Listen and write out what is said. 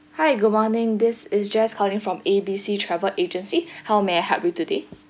hi good morning this is jess calling from A B C travel agency how may I help you today